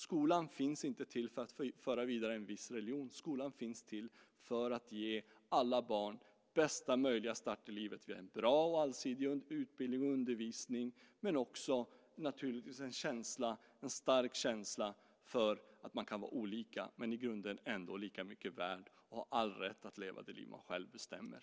Skolan finns inte till för att föra vidare en viss religion, utan skolan finns till för att ge alla barn bästa möjliga start i livet, via en bra och allsidig utbildning och undervisning, och också naturligtvis en stark känsla för att människor kan vara olika men i grunden ändå lika mycket värda och ha all rätt att leva det liv man själv bestämmer.